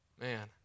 Man